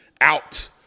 out